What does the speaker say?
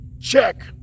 Check